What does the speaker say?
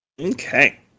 okay